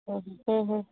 हूं हूं